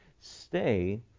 stay